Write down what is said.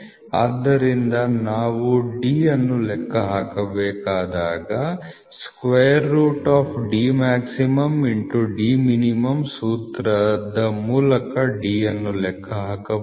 ಆದ್ದರಿಂದ ನಾವು D ಅನ್ನು ಲೆಕ್ಕ ಹಾಕಬೇಕಾದಾಗ square root D max D min ಸೂತ್ರದ D ಅನ್ನು ಲೆಕ್ಕಹಾಕಬಹುದು